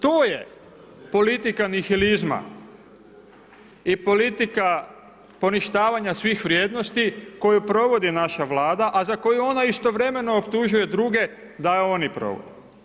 To je politika nihilizma i politika poništavanja svih vrijednosti koju provodi naša Vlada, a za koju ona istovremen o optužuje druge da je oni provode.